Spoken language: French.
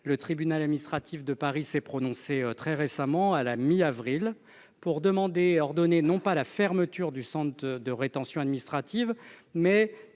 le tribunal administratif de Paris s'est prononcé très récemment- à la mi-avril -pour ordonner non pas que l'on ferme le centre de rétention administrative, mais